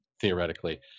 theoretically